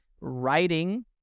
writing